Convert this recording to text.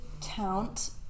count